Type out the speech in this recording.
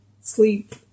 sleep